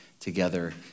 together